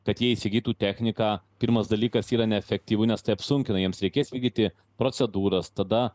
kad jie įsigytų techniką pirmas dalykas yra neefektyvu nes tai apsunkina jiems reikės vykdyti procedūras tada